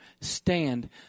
stand